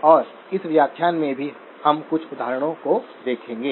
और इस व्याख्यान में भी हम कुछ उदाहरणों को देखेंगे